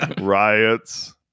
Riots